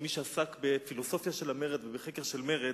כמי שעסק בפילוסופיה של המרד ובחקר של מרד,